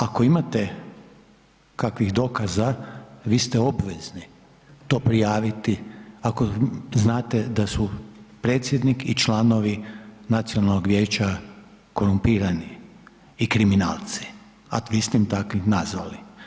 Ako imate kakvih dokaza, vi ste obvezni to prijaviti, ako znate da su predsjednik i članovi Nacionalnog vijeća korumpirani i kriminalci, a vi ste ih takvim nazvali.